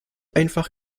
einfach